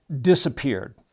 disappeared